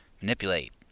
manipulate